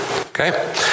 Okay